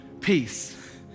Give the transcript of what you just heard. peace